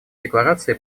декларации